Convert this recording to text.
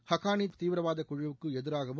ஹக்கானி தீவிரவாத குழுவுக்கு எதிராகவும்